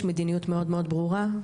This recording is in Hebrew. יש מדיניות מאוד מאוד ברורה.